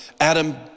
Adam